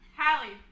Hallie